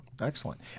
Excellent